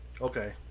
Okay